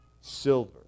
silver